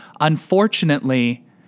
Unfortunately